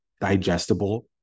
digestible